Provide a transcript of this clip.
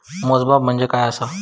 मोजमाप म्हणजे काय असा?